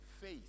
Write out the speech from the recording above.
faith